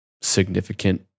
significant